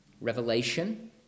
revelation